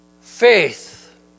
faith